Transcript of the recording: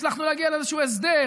והצלחנו להגיע לאיזשהו הסדר,